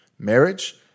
Marriage